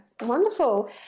Wonderful